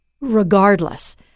regardless